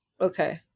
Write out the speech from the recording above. okay